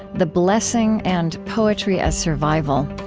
the blessing and poetry as survival.